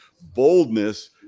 boldness